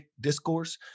discourse